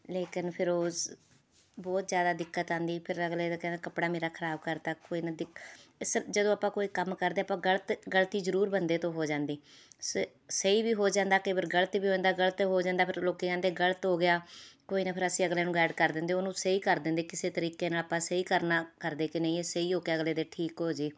ਲੇਕਿਨ ਫੇਰ ਰੋਜ਼ ਬਹੁਤ ਜ਼ਿਆਦਾ ਦਿੱਕਤ ਆਉਂਦੀ ਫੇਰ ਅਗਲੇ ਦਾ ਕਹਿਣਾ ਕੱਪੜਾ ਮੇਰਾ ਖਰਾਬ ਕਰ ਦਿੱਤਾ ਕੋਈ ਨਾ ਦਿੱਖ ਇਹ ਸਭ ਜਦੋਂ ਆਪਾਂ ਕੋਈ ਕੰਮ ਕਰਦੇ ਆਪਾਂ ਗਲਤ ਗਲਤੀ ਜ਼ਰੂਰ ਬੰਦੇ ਤੋਂ ਹੋ ਜਾਂਦੀ ਸਹੀ ਸਹੀ ਵੀ ਹੋ ਜਾਂਦਾ ਕਈ ਵਾਰ ਗਲਤ ਵੀ ਹੋ ਜਾਂਦਾ ਗਲਤ ਹੋ ਜਾਂਦਾ ਫਿਰ ਲੋਕੀਂ ਕਹਿੰਦੇ ਗਲਤ ਹੋ ਗਿਆ ਕੋਈ ਨਾ ਫਿਰ ਅਸੀਂ ਅਗਲਿਆਂ ਨੂੰ ਗਾਈਡ ਕਰ ਦਿੰਦੇ ਉਹਨੂੰ ਸਹੀ ਕਰ ਦਿੰਦੇ ਕਿਸੇ ਤਰੀਕੇ ਨਾਲ ਆਪਾਂ ਸਹੀ ਕਰਨਾ ਕਰਦੇ ਕਿ ਨਹੀਂ ਇਹ ਸਹੀ ਹੋ ਕੇ ਅਗਲੇ ਦੇ ਠੀਕ ਹੋ ਜਾਏ